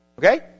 Okay